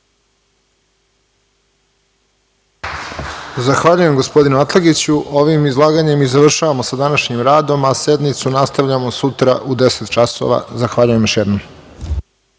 Zahvaljujem, gospodinu Atlagiću. Ovim izlaganjem završavamo sa današnjim radom, a sednicu nastavljamo sutra u 10 časova. Zahvaljujem još jednom.